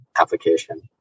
application